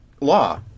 law